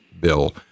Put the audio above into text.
bill